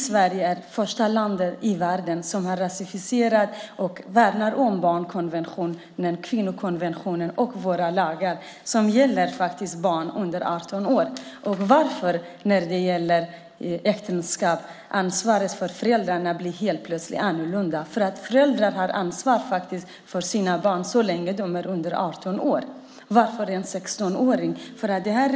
Sverige är det första landet i världen som har ratificerat och värnar om barnkonventionen, kvinnokonventionen och våra lagar som gäller barn under 18 år. Varför blir ansvaret för föräldrarna helt plötsligt annorlunda för barn under 18 år? Föräldrar har ansvar för sina barn så länge de är under 18 år. Varför gäller det bara en 16-åring?